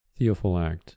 Theophilact